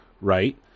right